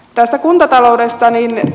tästä kuntataloudesta